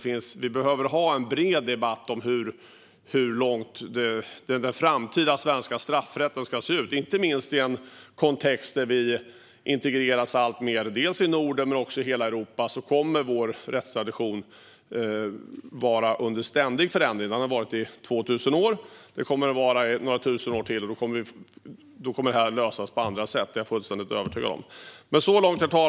Men vi behöver ha en bred debatt om hur den framtida svenska straffrätten ska se ut, inte minst i en kontext där vi alltmer integreras dels i Norden, dels i hela Europa. Där kommer vår rättstradition att vara under ständig förändring. Det har den varit i 2 000 år, och det kommer den att vara i några tusen år till. Då kommer detta att lösas på andra sätt, det är jag fullständigt övertygad om.